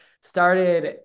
started